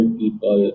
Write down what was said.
people